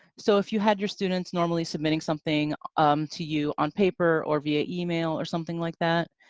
so, if you had your students normally submitting something um to you on paper or via email or something like that,